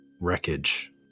wreckage